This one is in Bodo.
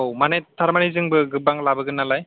औ माने थारमाने जोंबो गोबां लाबोगोन नालाय